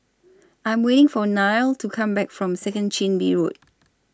I'm waiting For Nile to Come Back from Second Chin Bee Road